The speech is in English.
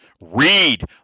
Read